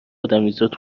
ادمیزاد